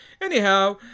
Anyhow